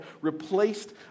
replaced